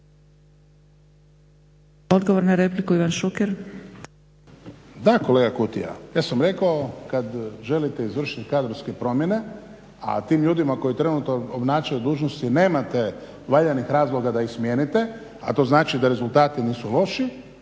Odgovor na repliku, Ivan Šuker. **Šuker, Ivan (HDZ)** Da, kolega Kutija, ja sam rekao kad želite izvršiti kadrovske promjene, a tim ljudima koji trenutno obnašaju dužnosti nemate valjanih razloga da ih smijenite, a to znači da rezultati nisu loši,